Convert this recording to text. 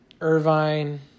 Irvine